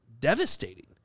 Devastating